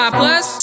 plus